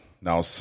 now